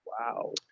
Wow